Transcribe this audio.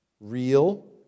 Real